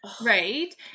Right